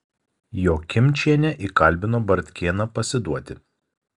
jokimčienė įkalbino bartkėną pasiduoti